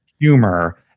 humor